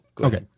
Okay